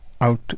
out